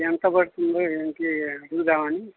ఎంత పడుతుందో ఏంటీ అడుగుదామని